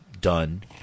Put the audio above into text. done